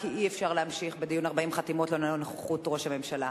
כי אי-אפשר להמשיך בדיון 40 חתימות ללא נוכחות ראש הממשלה.